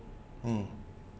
mm